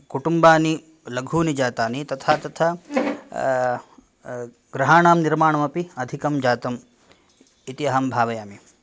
कुटुम्बानि लघूनि जातानि तथा तथा गृहाणां निर्मानमपि अधिकं जातम् इति अहं भावयामि